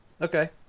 Okay